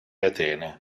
atene